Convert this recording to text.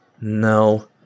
No